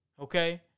Okay